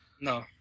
No